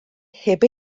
heb